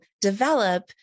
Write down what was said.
develop